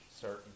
certain